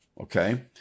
Okay